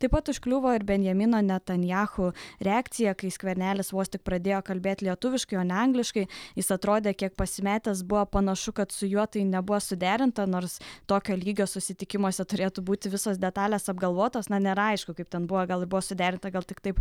taip pat užkliuvo ir benjamino netanjahu reakcija kai skvernelis vos tik pradėjo kalbėt lietuviškai o ne angliškai jis atrodė kiek pasimetęs buvo panašu kad su juo tai nebuvo suderinta nors tokio lygio susitikimuose turėtų būti visos detalės apgalvotos na nėra aišku kaip ten buvo gal ir buvo suderinta gal tik taip